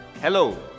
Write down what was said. Hello